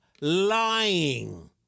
lying